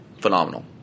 phenomenal